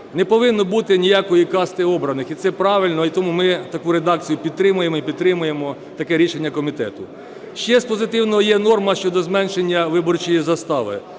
Не повинно бути ніякої касти обраних, і це правильно. І тому ми таку редакцію підтримуємо і підтримуємо таке рішення комітету. Ще з позитивного є норма щодо зменшення виборчої застави.